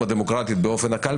דיוור דיגיטלי?